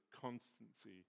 constancy